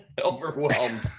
overwhelmed